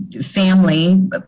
family